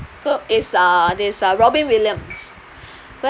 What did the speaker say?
go is uh this uh robin williams